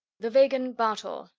the vegan bartol,